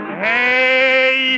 hey